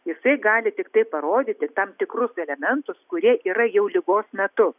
jisai gali tiktai parodyti tam tikrus elementus kurie yra jau ligos metu